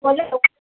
बोलो